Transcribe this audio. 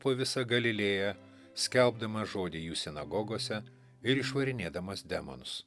po visą galilėją skelbdamas žodį jų sinagogose ir išvarinėdamas demonus